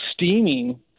steaming